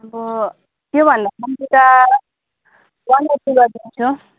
अब त्योभन्दा कम्ती त वान एट्टी गरिदिन्छु